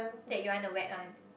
that you want the wet one